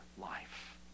life